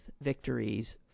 victories